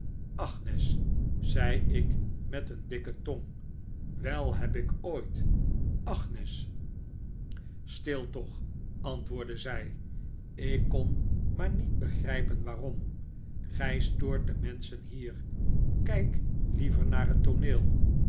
zei ik met een dikke tong wel heb ik ooit agnes stil toch antwoordde zij ik kon maar niet begrijpen waarom gij stoort de menschen hier kijk liever naar net tooneel